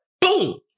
Boom